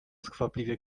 skwapliwie